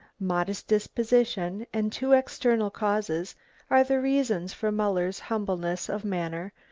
modest disposition, and two external causes are the reasons for muller's humbleness of manner,